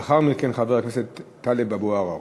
לאחר מכן, חבר הכנסת טלב אבו עראר.